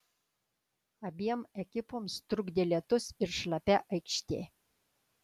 abiem ekipoms trukdė lietus ir šlapia aikštė